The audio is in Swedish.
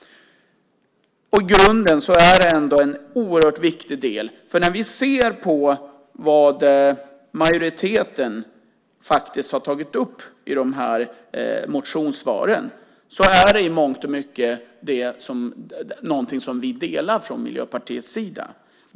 I grunden är det en oerhört viktigt del. Det majoriteten har tagit upp i motionssvaren är i mångt mycket någonting som vi delar från Miljöpartiets sida.